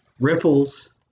Ripples